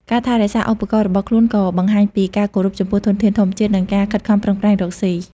ការថែរក្សាឧបករណ៍របស់ខ្លួនក៏បង្ហាញពីការគោរពចំពោះធនធានធម្មជាតិ និងការខិតខំប្រឹងប្រែងរកស៊ី។